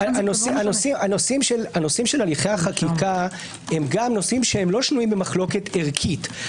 הנושאים של הליכי החקיקה הם גם נושאים שאינם שנויים במחלוקת ערכית.